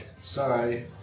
Sorry